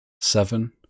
Seven